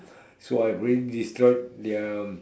so I've already destroyed their